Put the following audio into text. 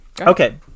Okay